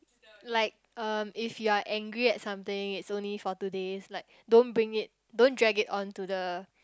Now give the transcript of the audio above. like um if you are angry at something it's only for today's like don't bring it don't drag it on to the